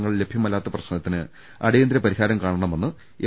ങ്ങൾ ലഭ്യമല്ലാത്ത പ്രശ്നത്തിന് അടിയന്തര പരിഹാരം കാണണമെന്ന് എം